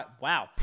Wow